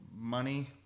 money